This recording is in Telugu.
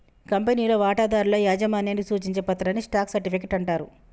కంపెనీలో వాటాదారుల యాజమాన్యాన్ని సూచించే పత్రాన్ని స్టాక్ సర్టిఫికెట్ అంటారు